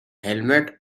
hamlet